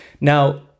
Now